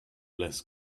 less